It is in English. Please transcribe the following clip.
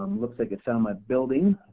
looks like i found my building,